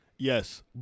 Yes